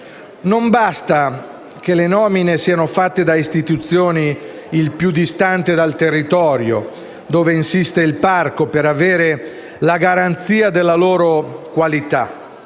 Non basta che le nomine siano fatte da istituzioni il più distanti possibile dal territorio dove insiste il parco per avere la garanzia della loro qualità.